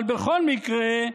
אבל בכל מקרה,